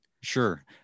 sure